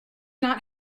not